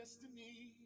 destiny